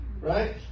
right